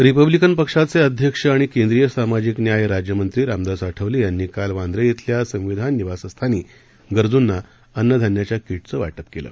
Republican पक्षाचे अध्यक्ष आणि केंद्रीय सामाजिक न्याय राज्यमंत्री रामदास आठवले यांनी काल वांद्रे इथल्या संविधान निवासस्थानी गरजूंना अन्नधान्याच्या किटचं वाटप केलं